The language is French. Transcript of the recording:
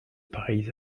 pareilles